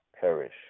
perish